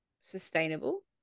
sustainable